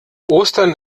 ostern